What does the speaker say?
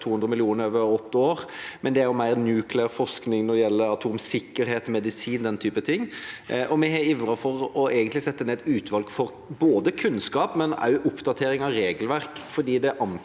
200 mill. kr over åtte år, men det er mer nukleær forskning når det gjelder atomsikkerhet, medisin og den type ting. Vi har ivret for å sette ned utvalg for både kunnskap og oppdatering av regelverk, for det